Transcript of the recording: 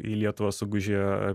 į lietuvą sugužėjo